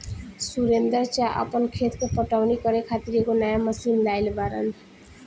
सुरेंदर चा आपन खेत के पटवनी करे खातिर एगो नया मशीन लाइल बाड़न